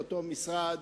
לאותו משרד,